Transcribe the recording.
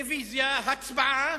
רוויזיה, הצבעה,